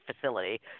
facility